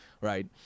right